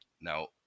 Now